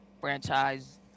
franchise